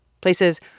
Places